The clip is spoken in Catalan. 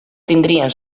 tindrien